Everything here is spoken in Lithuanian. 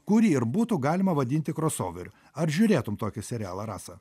kurį ir būtų galima vadinti kros ouveriu ar žiūrėtum tokį serialą rasa